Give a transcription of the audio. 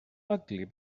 ugly